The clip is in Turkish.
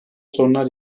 sorunlar